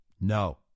No